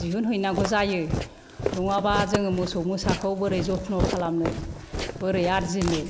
दिहुन हैनांगौ जायो नङाबा जोङो मोसौ मोसाखौ बोरै जथन' खालामनो बोरै आरजिनो